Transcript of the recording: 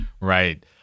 right